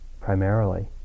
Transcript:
primarily